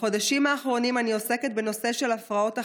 בחודשים האחרונים אני עוסקת בנושא של הפרעות אכילה.